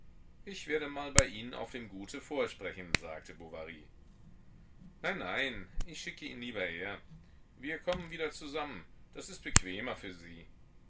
ich werde mal bei ihnen auf dem gute vorsprechen sagte bovary nein nein ich schicke ihn lieber her wir kommen wieder zusammen das ist bequemer für sie